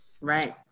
right